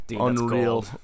unreal